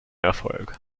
erfolg